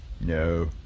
No